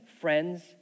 friends